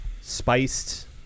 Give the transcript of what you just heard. spiced